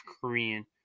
korean